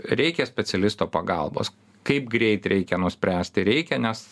reikia specialisto pagalbos kaip greit reikia nuspręsti reikia nes